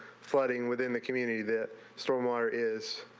fighting within the community that storm water is.